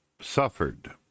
suffered